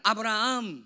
Abraham